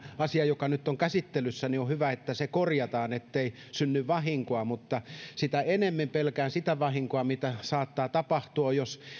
asian osalta joka nyt on käsittelyssä on hyvä että se korjataan ettei synny vahinkoa enemmän pelkään sitä vahinkoa mitä saattaa tapahtua jos